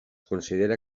considera